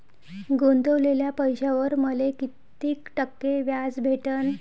गुतवलेल्या पैशावर मले कितीक टक्के व्याज भेटन?